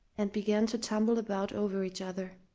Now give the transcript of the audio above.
and began to tumble about over each other.